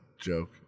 joke